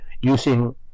using